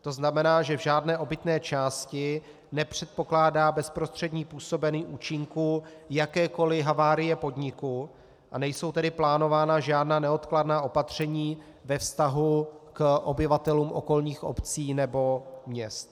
To znamená, že v žádné obytné části nepředpokládá bezprostřední působení účinku jakékoliv havárie podniku, a nejsou tedy plánována žádná neodkladná opatření ve vztahu k obyvatelům okolních obcí nebo měst.